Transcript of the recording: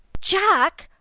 jack!